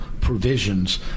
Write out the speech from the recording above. provisions